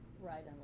right